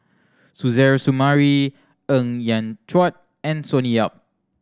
Suzairhe Sumari Ng Yat Chuan and Sonny Yap